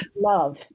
love